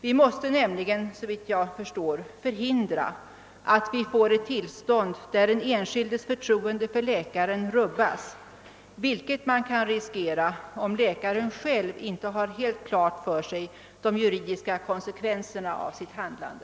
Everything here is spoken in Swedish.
Vi måste nämligen såvitt jag förstår förhindra att vi får ett tillstånd där den enskildes förtroende för läkaren rubbas, vilket man kan riskera om läkaren själv inte har helt klart för sig de juridiska konsekvenserna av sitt handlande.